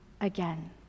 again